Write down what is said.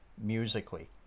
musically